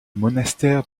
monastère